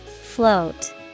Float